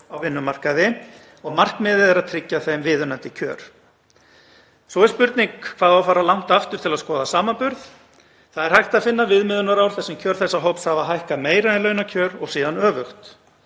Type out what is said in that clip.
á vinnumarkaði, og markmiðið er að tryggja þeim viðunandi kjör. Svo er spurning hvað á að fara langt aftur til að skoða samanburð. Það er hægt að finna viðmiðunarár þar sem kjör þessa hóps hafa hækkað meira en launakjör og síðan öfugt